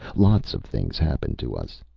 lots of things happened to us.